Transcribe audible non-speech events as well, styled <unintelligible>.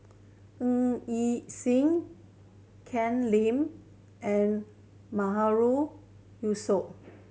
Ng Yi Sheng Ken Lim and <unintelligible> Yusof